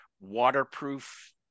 waterproof